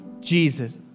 Jesus